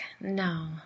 no